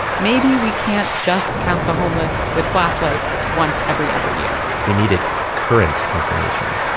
maybe we can't just count the homeless with flashlights once every other year we needed current information.